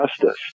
justice